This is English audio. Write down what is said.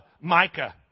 Micah